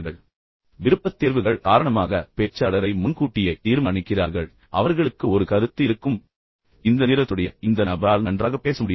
எனவே விருப்பத்தேர்வுகள் காரணமாக மீண்டும் அவர்கள் பேச்சாளரை முன்கூட்டியே தீர்மானிக்கிறார்கள் அவர்களுக்கு ஒரு கருத்து இருக்கும் இந்த நிறத்துடைய இந்த நபரால் நன்றாக பேச முடியாது